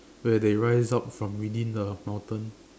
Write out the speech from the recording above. where they rise up from within the mountain